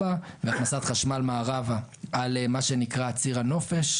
והכנסת חשמל מערבה על מה שנקרא ציר הנופש,